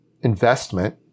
investment